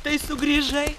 tai sugrįžai